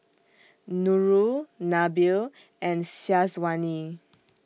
Nurul Nabil and Syazwani